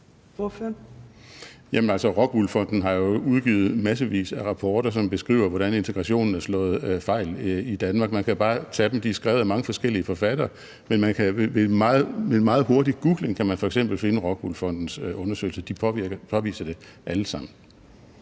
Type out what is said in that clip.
(LA): Jamen altså, ROCKWOOL Fonden har jo udgivet massevis af rapporter, som beskriver, hvordan integrationen er slået fejl i Danmark. Man kan bare tage dem, og de er skrevet af mange forskellige forfattere. Ved en meget hurtig googling kan man altså f.eks. finde ROCKWOOL Fondens undersøgelser. De påviser det alle sammen.